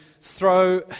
throw